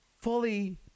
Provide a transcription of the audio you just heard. fully